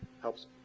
helps